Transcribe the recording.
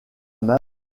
main